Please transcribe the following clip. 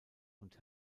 und